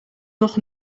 nog